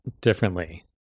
differently